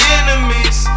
enemies